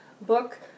book